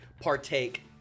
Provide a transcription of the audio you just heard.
partake